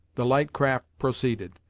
the light craft proceeded,